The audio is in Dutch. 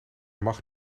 mag